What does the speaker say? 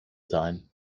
sein